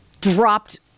dropped